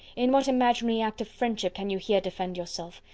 in what imaginary act of friendship can you here defend yourself?